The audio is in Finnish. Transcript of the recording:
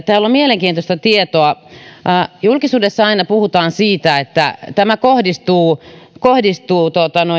täällä on mielenkiintoista tietoa julkisuudessa aina puhutaan siitä että tämä kohdistuu kohdistuu